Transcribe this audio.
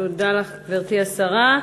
תודה לך, גברתי השרה.